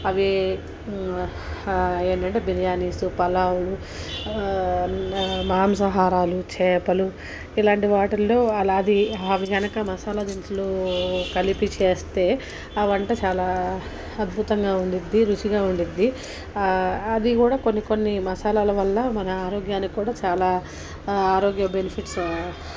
అవి ఏంటంటే బిర్యానీసు పలావులు మాంసాహారాలు చాపలు ఇలాంటి వాటిల్లో అలాది అవి కనుక మసాలా దినుసులు కలిపి చేస్తే ఆ వంట చాలా అద్భుతంగా ఉండుద్ది రుచిగా ఉండుద్ది అది కూడా కొన్ని కొన్ని మసాలాల వల్ల మన ఆరోగ్యానికి కూడా చాలా ఆరోగ్య బెనిఫిట్స్